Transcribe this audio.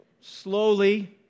slowly